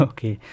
Okay